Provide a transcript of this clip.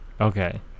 Okay